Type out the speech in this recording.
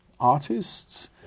artists